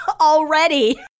already